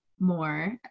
More